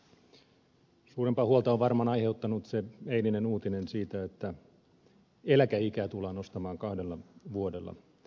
suurempaa huolta on varmaan aiheuttanut se eilinen uutinen siitä että eläkeikää tullaan nostamaan kahdella vuodella